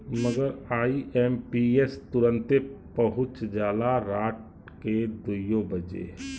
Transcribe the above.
मगर आई.एम.पी.एस तुरन्ते पहुच जाला राट के दुइयो बजे